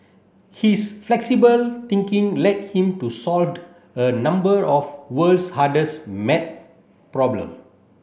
his flexible thinking led him to solved a number of world's hardest maths problem